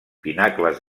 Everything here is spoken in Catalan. pinacles